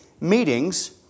meetings